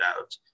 out